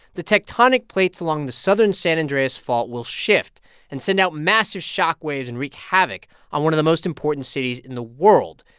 the tectonic plates along the southern san andreas fault will shift and send out massive shockwaves and wreak havoc on one of the most important cities in the world,